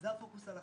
זה הפוקוס על החיים.